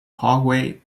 haughey